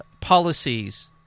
policies